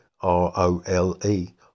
R-O-L-E